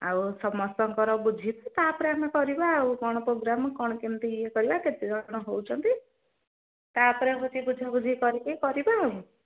ଆଉ ସମସ୍ତଙ୍କର ବୁଝିବେ ତା'ପରେ ଆମେ କରିବା ଆଉ କ'ଣ ପ୍ରୋଗ୍ରାମ୍ କ'ଣ କେମିତି ଇଏ କରିବା କେତେ କ'ଣ ହେଉଛନ୍ତି ତା'ପରେ ହେଉଛି ବୁଝାବୁଝି କରିକି କରିବା ଆଉ